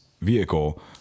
vehicle